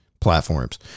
platforms